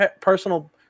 personal